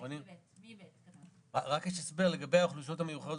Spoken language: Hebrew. רק הסבר לגבי האוכלוסיות המיוחדות.